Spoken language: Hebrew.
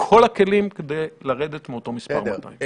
כל הכלים כדי לרדת מאותו מספר 200. בסדר.